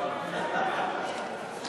הבחירות המקדימות),